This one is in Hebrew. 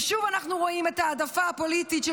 ושוב אנחנו רואים את ההעדפה הפוליטית של